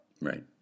Right